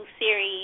series